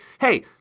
Hey